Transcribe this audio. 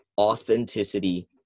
authenticity